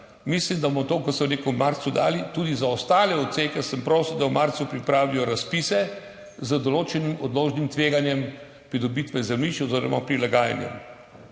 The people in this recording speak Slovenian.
mislim, da bomo to, kot sem rekel, v marcu dali, tudi za ostale odseke sem prosil, da v marcu pripravijo razpise z določenim odložnim tveganjem pridobitve zemljišč oziroma prilagajanjem,